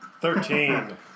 Thirteen